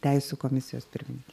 teisių komisijos pirmininkė